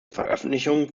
veröffentlichungen